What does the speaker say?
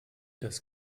das